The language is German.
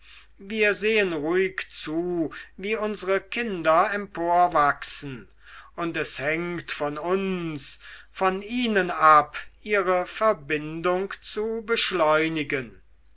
wir sehen ruhig zu wie unsre kinder emporwachsen und es hängt von uns von ihnen ab ihre verbindung zu beschleunigen